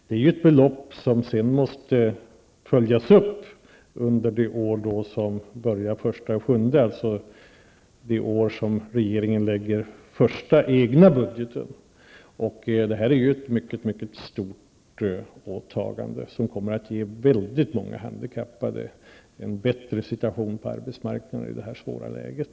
Det är ju ett belopp som sedan måste följas upp under det år som börjar den 1 juli, dvs. det år då regeringen lägger den första egna budgeten. Det är ett mycket stort åtagande som kommer att ge väldigt många handikappade en bättre situation på arbetsmarknaden i det här svåra läget.